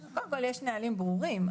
קודם כל יש נהלים ברורים,